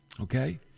okay